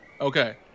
okay